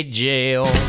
jail